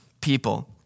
people